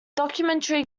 documentary